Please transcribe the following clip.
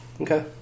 Okay